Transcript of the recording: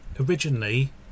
originally